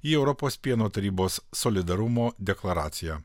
į europos pieno tarybos solidarumo deklaraciją